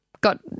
got